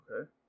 Okay